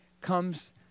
comes